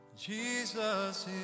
Jesus